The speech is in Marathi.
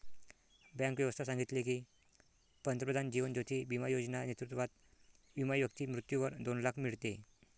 बँक व्यवस्था सांगितले की, पंतप्रधान जीवन ज्योती बिमा योजना नेतृत्वात विमा व्यक्ती मृत्यूवर दोन लाख मीडते